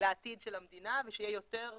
לעתיד של המדינה ושיהיו יותר אנשים,